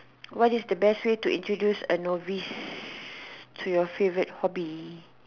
what is the best way to introduced a novice to your favourite hobby